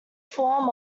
form